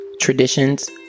traditions